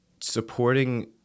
supporting